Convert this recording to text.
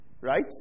Right